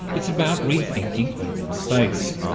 it's about rethinking urban space.